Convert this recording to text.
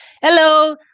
Hello